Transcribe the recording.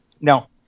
Now